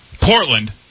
Portland